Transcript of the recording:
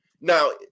Now